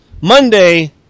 Monday